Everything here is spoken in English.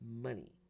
money